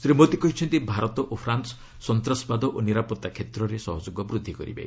ଶ୍ରୀ ମୋଦି କହିଛନ୍ତି ଭାରତ ଓ ଫ୍ରାନ୍ସ୍ ସନ୍ତାସବାଦ ଓ ନିରାପତ୍ତା କ୍ଷେତ୍ରରେ ସହଯୋଗ ବୃଦ୍ଧି କରିବେ